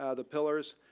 ah the pillars.